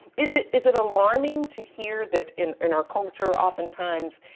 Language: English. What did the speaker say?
is it is it alarming to hear that in in our culture often times,